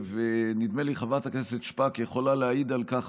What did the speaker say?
ונדמה לי שחברת הכנסת שפק יכולה להעיד על כך